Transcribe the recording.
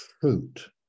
fruit